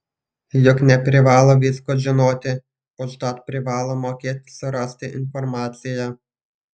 juk neprivalo visko žinoti užtat privalo mokėt surasti informaciją